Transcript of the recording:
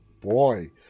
boy